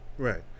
Right